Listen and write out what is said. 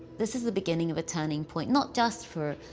this is the beginning of a turning point not just for,